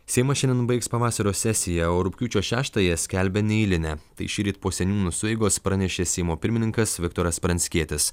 seimas šiandien baigs pavasario sesiją o rugpjūčio šeštąją skelbia neeiline tai šįryt po seniūnų sueigos pranešė seimo pirmininkas viktoras pranckietis